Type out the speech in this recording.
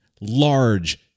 large